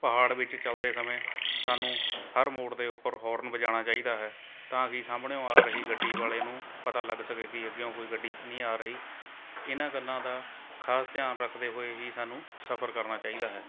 ਪਹਾੜ ਵਿੱਚ ਚੱਲਦੇ ਸਮੇਂ ਸਾਨੂੰ ਹਰ ਮੋੜ ਦੇ ਉੱਪਰ ਹੋਰਨ ਵਜਾਉਣਾ ਚਾਹੀਦਾ ਹੈ ਤਾਂ ਕਿ ਸਾਹਮਣਿਓ ਆ ਰਹੀ ਗੱਡੀ ਵਾਲੇ ਨੂੰ ਪਤਾ ਲੱਗ ਸਕੇ ਕਿ ਅੱਗਿਓਂ ਕੋਈ ਗੱਡੀ ਤਾਂ ਨਹੀਂ ਆ ਰਹੀ ਇਹਨਾਂ ਗੱਲਾਂ ਦਾ ਖਾਸ ਧਿਆਨ ਰੱਖਦੇ ਹੋਏ ਹੀ ਸਾਨੂੰ ਸਫ਼ਰ ਕਰਨਾ ਚਾਹੀਦਾ ਹੈ